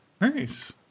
nice